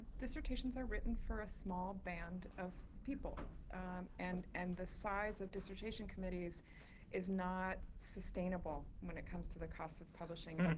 dissertations are written for a small band of people and and the size of dissertation committees is not sustainable when it comes to the cost of publishing and